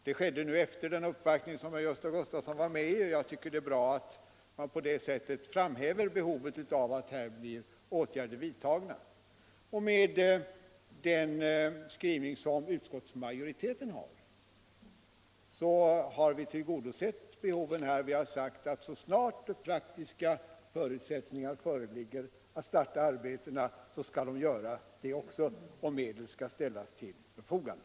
Det skedde efter den uppvaktning som Gösta Gustafsson var med på, och jag tycker det är bra att man på det sättet framhäver behovet av att åtgärder vidtas. Med utskottsmajoritetens skrivning har behoven tillgodosetts. Vi har sagt att så snart de praktiska förutsättningarna föreligger för att man skall kunna starta arbetena skall så också ske, varvid medel skall ställas till förfogande.